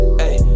hey